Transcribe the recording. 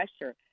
pressure